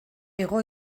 hego